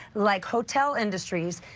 like hotel industries.